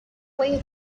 way